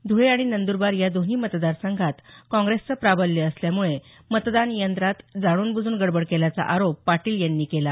ध्वळे आणि नंदरबार या दोन्ही मतदार संघात काँग्रेसचं प्राबल्य असल्यामुळे मतदान यंत्रात जाणूनबुजून गडबड केल्याचा आरोप पाटील यांनी केला